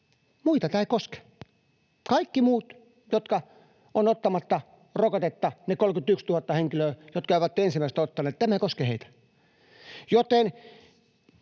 Muita tämä ei koske. Kaikki muut, jotka ovat ottamatta rokotetta — ne 31 000 henkilöä, jotka eivät ole ensimmäistä ottaneet — tämä ei koske heitä.